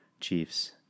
Chiefs